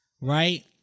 Right